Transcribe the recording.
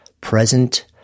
present